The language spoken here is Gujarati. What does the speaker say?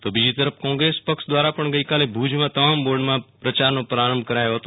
તો બીજી તરફ ક્રોંગ્રેસ પક્ષ દ્રોરા ગઈકાલે ભુજમાં તમામ વોર્ડમાં પ્રયારનો પ્રારંભ કર્યો હતો